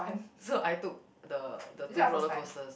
so I took the the two roller coasters